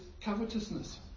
covetousness